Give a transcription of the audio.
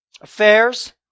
Affairs